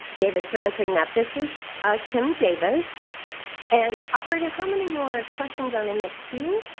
david, for answering that. this is kim davis and operator how many more questions are in the cue?